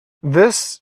this